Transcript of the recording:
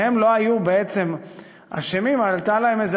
שהם לא היו בעצם אשמים אבל הייתה להם איזו